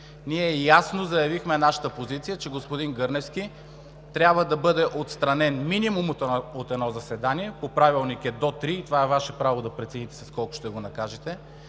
Ние ясно заявихме нашата позиция, че господин Гърневски трябва да бъде отстранен минимум от едно заседание – по Правилника е до три. Ваше право е да прецените с колко ще го накажете.